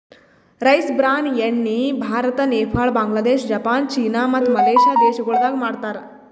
rice bran ಎಣ್ಣಿ Bharat, Nepal, Bangladesh, Japan, China ಮತ್ತ Malaysia ದೇಶಗೊಳ್ದಾಗ್ ಮಾಡ್ತಾರ್